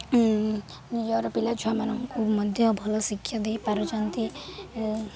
ନିଜର ପିଲା ଛୁଆମାନଙ୍କୁ ମଧ୍ୟ ଭଲ ଶିକ୍ଷା ଦେଇପାରୁଛନ୍ତି